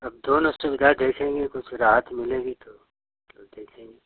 अब दोनों सुविधा देखेंगे कुछ राहत मिलेगी तो तो देखेंगे